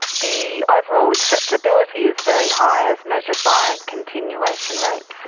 the overall acceptability is very high, as measured by continuation rates.